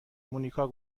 مونیکا